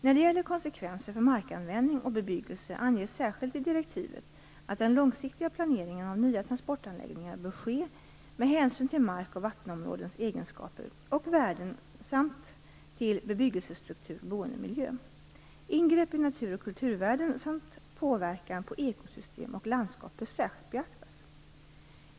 När det gäller konsekvenser för markanvänding och bebyggelse anges särskilt i direktivet att den långsiktiga planeringen av nya transportanläggningar bör ske med hänsyn till mark och vattenområdens egenskaper och värden samt till bebyggelsestruktur och boendemiljö. Ingrepp i natur och kulturvärden samt påverkan på ekosystem och landskap bör särskilt beaktas.